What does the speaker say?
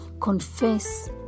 confess